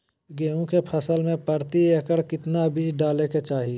गेहूं के फसल में प्रति एकड़ कितना बीज डाले के चाहि?